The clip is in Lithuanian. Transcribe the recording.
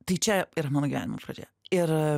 tai čia ir mano gyvenimo pradžia ir